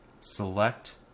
select